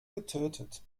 getötet